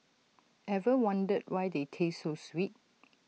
ever wondered why they taste so sweet